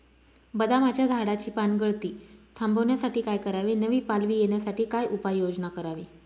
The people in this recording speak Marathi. बदामाच्या झाडाची पानगळती थांबवण्यासाठी काय करावे? नवी पालवी येण्यासाठी काय उपाययोजना करावी?